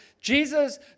Jesus